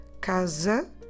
Casa